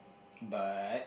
but